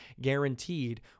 guaranteed